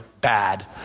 bad